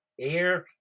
air